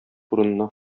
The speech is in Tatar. урынына